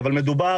אבל מדובר